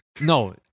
No